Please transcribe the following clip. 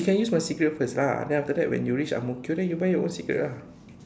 you can use my cigarette first lah and then after that when you reach Ang-Mo-Kio you buy your own cigarette lah